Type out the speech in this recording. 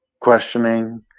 questioning